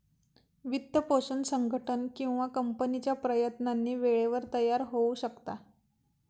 वित्तपोषण संघटन किंवा कंपनीच्या प्रयत्नांनी वेळेवर तयार होऊ शकता